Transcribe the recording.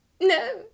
No